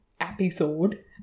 episode